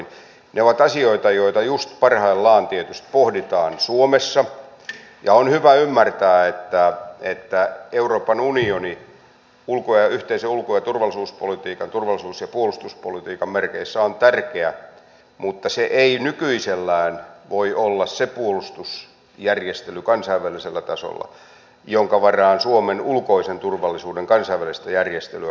ne ovat asioita joita just parhaillaan tietysti pohditaan suomessa ja on hyvä ymmärtää että euroopan unioni yhteisen ulko ja turvallisuuspolitiikan turvallisuus ja puolustuspolitiikan merkeissä on tärkeä mutta se ei nykyisellään voi olla se puolustusjärjestely kansainvälisellä tasolla jonka varaan suomen ulkoisen turvallisuuden kansainvälistä järjestelyä koskevat asiat ratkaistaan